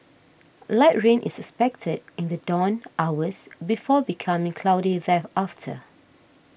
light rain is expected in the dawn hours before becoming cloudy thereafter